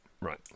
Right